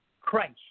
Christ